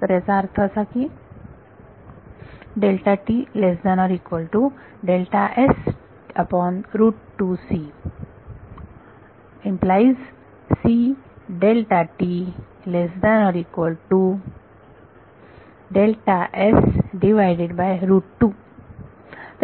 तर याचा अर्थ असा की तर